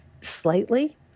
slightly